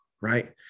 right